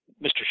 Mr